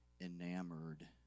enamored